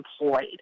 employed